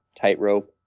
tightrope